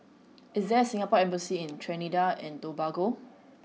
is there a Singapore embassy in Trinidad and Tobago